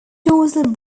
dorsal